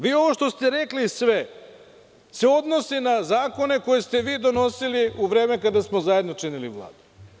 Vi ovo što ste rekli sve, se odnosi na zakone koje ste vi donosili u vreme kada smo zajedno činili u Vladi.